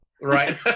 Right